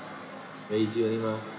very easy only mah